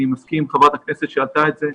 אני מסכים עם חברת הכנסת שהעלתה את זה.